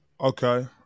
Okay